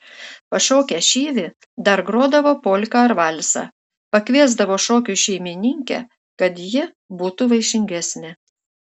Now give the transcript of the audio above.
pašokę šyvį dar grodavo polką ar valsą pakviesdavo šokiui šeimininkę kad ji būtų vaišingesnė